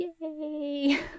Yay